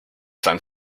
san